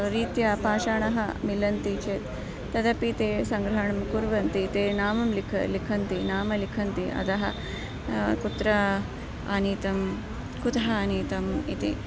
रीत्या पाषाणः मिलन्ति चेत् तदपि ते सङ्ग्रहणं कुर्वन्ति ते नाम लिख लिखन्ति नाम लिखन्ति अधः कुत्र आनीतं कुतः आनीतम् इति